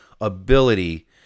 ability